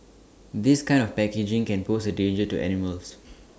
this kind of packaging can pose A danger to animals